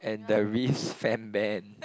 and the Reese Fambam